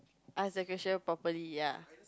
ask the question properly ya